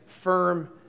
firm